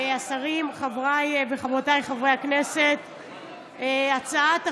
השרים, חבריי וחברותיי חברי הכנסת, הצעת החוק,